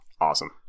Awesome